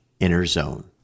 innerzone